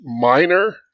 minor